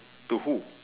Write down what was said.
to who